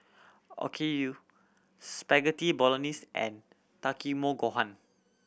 Okayu Spaghetti Bolognese and Takikomi Gohan